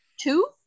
two